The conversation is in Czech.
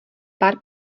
pár